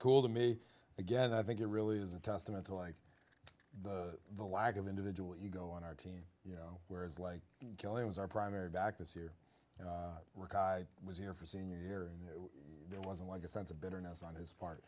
cool to me again i think it really is a testament to like the the lack of individual ego on our team you know whereas like kelly was our primary back this year you know rick i was here for senior year and there wasn't a sense of bitterness on his part